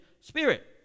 spirit